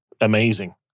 amazing